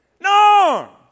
No